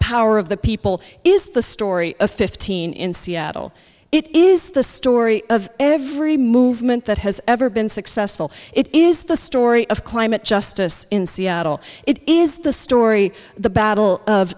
power of the people is the story of fifteen in seattle it is the story of every movement that has ever been successful it is the story of climate justice in seattle it is the story the battle of